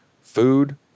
food